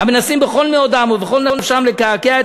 "המנסים בכל מאודם ובכל נפשם לקעקע את